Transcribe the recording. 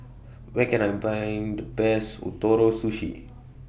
Where Can I Find The Best Ootoro Sushi